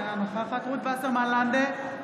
אינה נוכחת רות וסרמן לנדה,